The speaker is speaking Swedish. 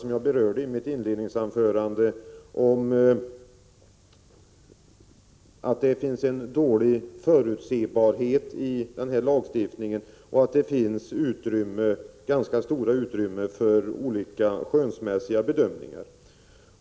Som jag berörde i mitt inledningsanförande är förverkanderegeln dålig ur förutsebarhetssynpunkt, och den lämnar ganska stora utrymmen för skönsmässiga bedömningar.